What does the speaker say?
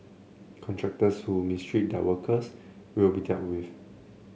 contractors who mistreat their workers will be dealt with